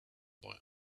boy